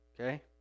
okay